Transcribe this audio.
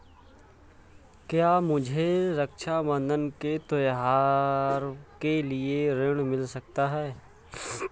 क्या मुझे रक्षाबंधन के त्योहार के लिए ऋण मिल सकता है?